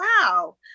wow